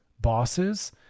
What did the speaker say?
bosses